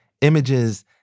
images